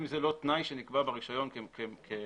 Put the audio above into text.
אם זה לא תנאי שנקבע ברישיון כמהותי,